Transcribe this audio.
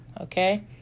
Okay